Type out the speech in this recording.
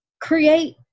create